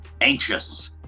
anxious